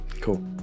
cool